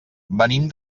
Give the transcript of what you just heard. venim